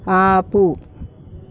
ఆపు